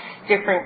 different